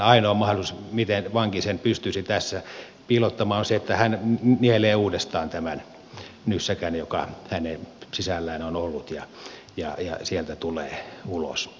nythän ainoa mahdollisuus miten vanki sen pystyisi tässä piilottamaan on se että hän nielee uudestaan tämän nyssäkän joka hänen sisällään on ollut ja sieltä tulee ulos